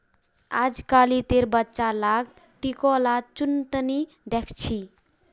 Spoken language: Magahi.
अजकालितेर बच्चा लाक टिकोला चुन त नी दख छि